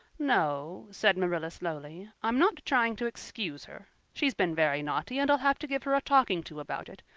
no, said marilla slowly, i'm not trying to excuse her. she's been very naughty and i'll have to give her a talking to about it.